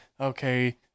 okay